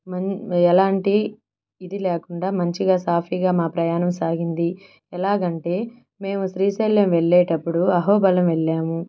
మన్ ఎలాంటి ఇది లేకుండా మంచిగా సాఫీగా మా ప్రయాణం సాగింది ఎలా అంటే మేము శ్రీశైలం వెళ్ళేటప్పుడు అహోబిలం వెళ్ళాము